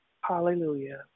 Hallelujah